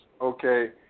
Okay